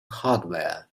hardware